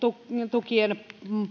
tukien